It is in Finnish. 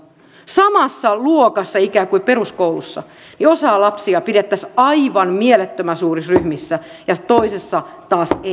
samassa luokassa ikään kuin peruskoulussa osaa lapsia pidettäisiin aivan mielettömän suurissa ryhmissä ja toisessa taas ei